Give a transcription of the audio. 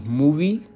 movie